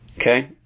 Okay